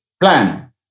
Plan